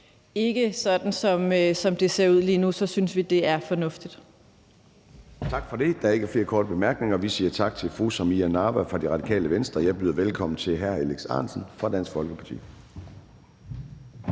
Ikke sådan, som det ser ud lige nu. Vi synes, at det er fornuftigt. Kl. 11:12 Formanden (Søren Gade): Tak for det. Der er ikke flere korte bemærkninger, og så siger vi tak til fru Samira Nawa fra Radikale Venstre. Jeg byder velkommen til hr. Alex Ahrendtsen fra Dansk Folkeparti.